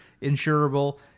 insurable